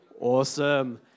Awesome